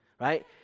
right